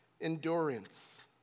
endurance